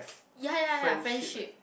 ya ya ya friendship